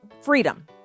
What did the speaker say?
freedom